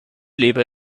lebe